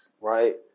Right